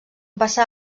passar